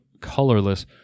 colorless